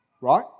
Right